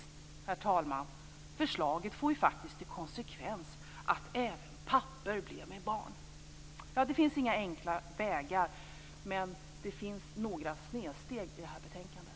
Till sist: Förslaget får faktiskt till konsekvens att även pappor blir med barn. Ja, det finns inga enkla vägar, men det finns några snedsteg i det här betänkandet.